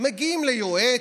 מגיעים ליועץ,